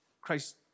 Christ